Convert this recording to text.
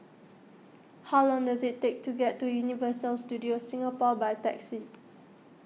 how long does it take to get to Universal Studios Singapore by taxi